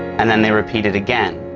and then they repeat it again.